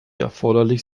erforderlich